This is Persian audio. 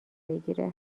بگیره